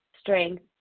strength